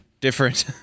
different